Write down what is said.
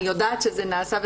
אני יודעת שזה נעשה,